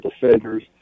defenders